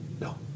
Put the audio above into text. No